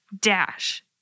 dash